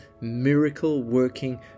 miracle-working